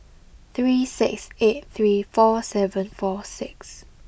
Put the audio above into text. three six eight three four seven four six